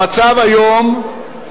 המצב היום הוא,